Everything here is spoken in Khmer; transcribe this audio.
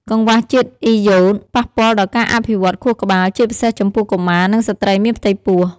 កង្វះជាតិអ៊ីយ៉ូត ប៉ះពាល់ដល់ការអភិវឌ្ឍខួរក្បាល ជាពិសេសចំពោះកុមារ និងស្ត្រីមានផ្ទៃពោះ។